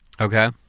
okay